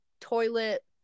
toilet